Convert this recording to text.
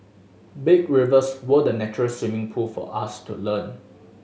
big rivers were the natural swimming pool for us to learn